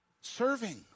Serving